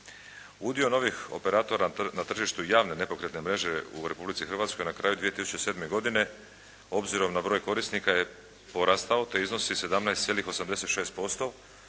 Udio novih operatora na tržištu javne nepokretne mreže u Republici Hrvatskoj na kraju 2007. godine obzirom na broj korisnika je porastao, te iznosi 17,86%,